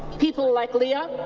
people like leah,